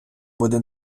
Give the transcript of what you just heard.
буде